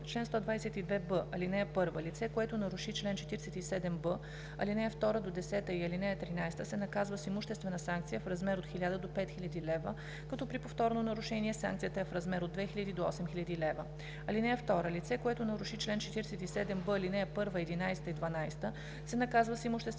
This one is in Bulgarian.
„Чл. 122б. (1) Лице, което наруши чл. 47б, ал. 2 – 10 и ал. 13, се наказва с имуществена санкция в размер от 1000 до 5000 лв., като при повторно нарушение санкцията е в размер от 2000 до 8000 лв. (2) Лице, което наруши чл. 47б, ал. 1, 11 и 12, се наказва с имуществена